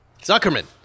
Zuckerman